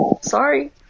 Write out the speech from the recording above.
sorry